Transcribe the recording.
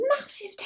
massive